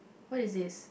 what is this